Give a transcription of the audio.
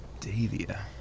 Davia